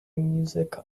music